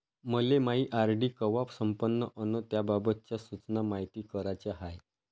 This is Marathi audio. मले मायी आर.डी कवा संपन अन त्याबाबतच्या सूचना मायती कराच्या हाय